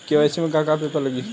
KYC में का का पेपर लगी?